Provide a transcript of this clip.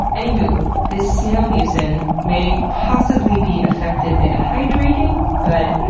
anywho, this snail mucin may possibly be effective at hydrating but,